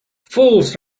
fools